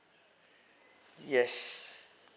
yes